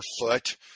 foot